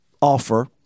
offer